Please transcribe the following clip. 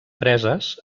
preses